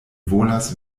volas